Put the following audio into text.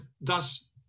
thus